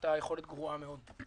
היתה גרועה מאד.